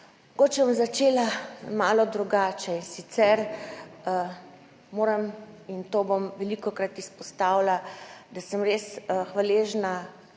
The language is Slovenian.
Mogoče bom začela malo drugače. In sicer, moram in to bom velikokrat izpostavila, da sem res hvaležna